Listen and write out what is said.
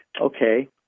okay